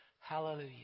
Hallelujah